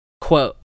Quote